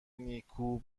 نیکو